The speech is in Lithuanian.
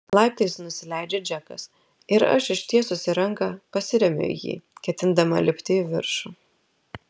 laiptais nusileidžia džekas ir aš ištiesusi ranką pasiremiu į jį ketindama lipti į viršų